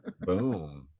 Boom